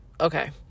okay